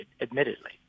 admittedly